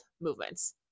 movements